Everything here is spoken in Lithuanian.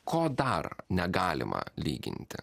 ko dar negalima lyginti